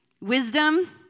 Wisdom